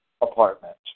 apartment